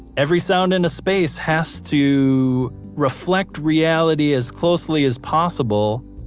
every sound in a space has to reflect reality as closely as possible,